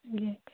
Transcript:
ଆଜ୍ଞା